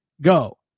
Go